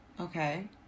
Okay